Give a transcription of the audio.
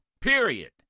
period